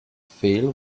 fail